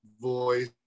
voice